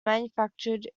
manufactured